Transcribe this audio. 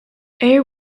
air